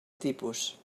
tipus